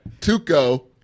Tuco